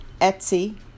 Etsy